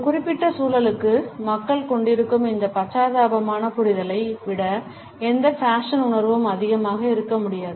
ஒரு குறிப்பிட்ட சூழலுக்கு மக்கள் கொண்டிருக்கும் இந்த பச்சாதாபமான புரிதலை விட எந்த ஃபேஷன் உணர்வும் அதிகமாக இருக்க முடியாது